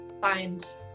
find